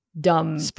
Dumb